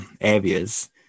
areas